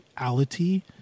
reality